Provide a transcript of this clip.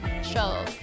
show